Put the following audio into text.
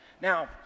Now